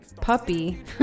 puppy